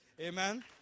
Amen